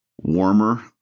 Warmer